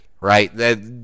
right